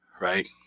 right